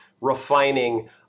refining